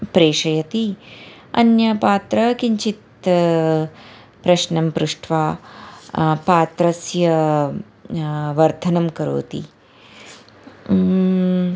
प्रेषयति अन्यं पात्रं किञ्चित् प्रश्नं पृष्ट्वा पात्रस्य वर्धनं करोति